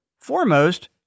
Foremost